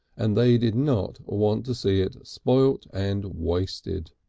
and they did not want to see it spoilt and wasted.